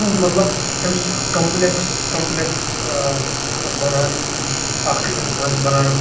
کُس مطلب اَمہِ سۭتۍ چھِ اَکھ کَمپٕلٮ۪کٕس کَمپٕلٮ۪کٕس بَنان اَکھ اِنسان چھِ بَنان